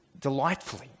delightfully